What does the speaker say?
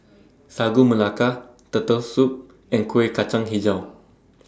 Sagu Melaka Turtle Soup and Kuih Kacang Hijau